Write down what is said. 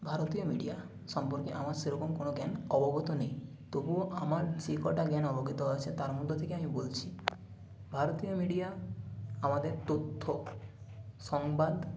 ভারতীয় মিডিয়া সম্পর্কে আমার সেরকম কোনও জ্ঞান অবগত নেই তবুও আমার যে কটা জ্ঞান অবগত আছে তার মধ্য থেকে আমি বলছি ভারতীয় মিডিয়া আমাদের তথ্য সংবাদ